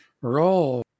Roll